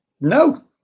No